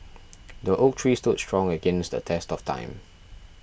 the oak tree stood strong against the test of time